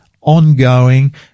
ongoing